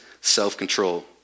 self-control